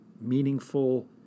meaningful